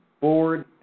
board